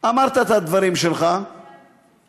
אמרת את הדברים שלך והלכת.